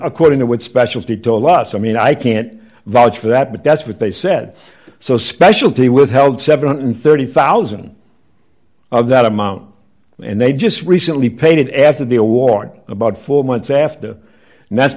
according to what specialty told us i mean i can't vouch for that but that's what they said so specialty withheld seven hundred and thirty thousand of that amount and they just recently paid it after the award about four months after and that's